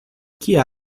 kia